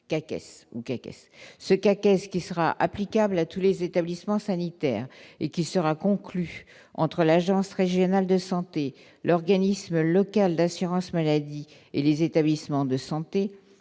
ce cas 15 qui sera applicable à tous les établissements sanitaires et qui sera conclu entre l'Agence Régionale de Santé l'organisme local d'assurance maladie et les établissements de santé